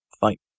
fight